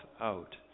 out